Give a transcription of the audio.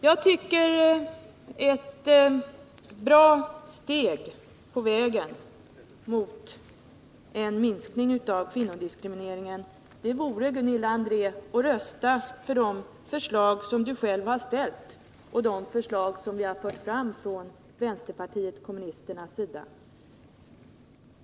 Jag tycker att det vore ett bra steg mot en minskning av kvinnodiskrimineringen att rösta för de förslag som du själv har ställt och som vänsterpartiet kommunisterna har fört fram.